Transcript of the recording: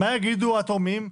אז מה יגידו התורמים?